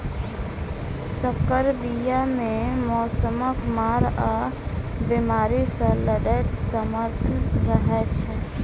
सँकर बीया मे मौसमक मार आ बेमारी सँ लड़ैक सामर्थ रहै छै